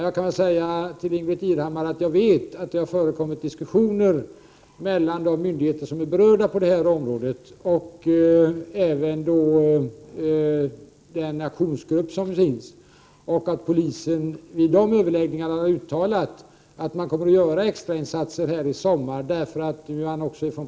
Jag kan säga till Ingbritt Irhammar att jag vet att det har förekommit diskussioner mellan berörda myndigheter på det här området, även inom den aktionsgrupp som finns, och att polisen vid de överläggningarna har uttalat att man kommer att göra extrainsatser i sommar på detta område.